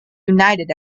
united